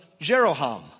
Jeroham